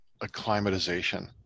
acclimatization